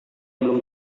belum